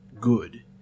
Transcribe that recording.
good